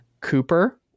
Cooper